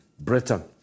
Britain